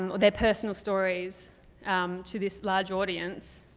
and their personal stories to this large audience